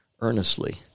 earnestly